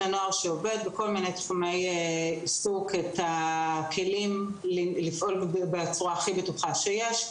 הנוער העובד בתחומי עיסוק שונים כלים לפעול בצורה הכי בטוחה שיש.